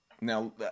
now